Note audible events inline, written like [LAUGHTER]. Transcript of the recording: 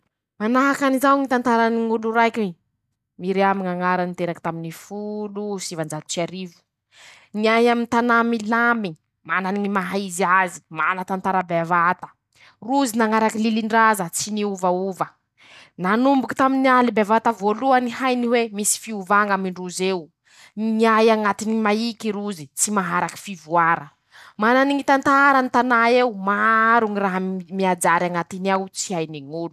Manahaky anizao ñy tantarany ñ'olo raiky Miriam ñ'añarany niteraky taminy [SHUSHES] (folo sivanjato sy arivo): -Niay amy tanà milamy ,manany ñy maha izy azy ,mana tantara bevata ,rozy nañaraky lilin-draza ,tsy niovaova ;nanomboky taminy aly bevata voalohany ,hainy hoe misy fiovà ñ'amindrozy eo ,miay añatiny ñy maiky rozy ,tsy maharaky fivoara; [SHUSHES] manany ñy tantarany tana eo, maro ñy raha miajary añatiny ao tsy hainy ñ'olo.